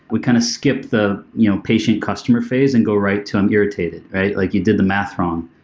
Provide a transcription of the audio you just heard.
we kind of skip the you know patient customer phase and go right to i'm irritated, right? like you did the math wrong.